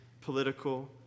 political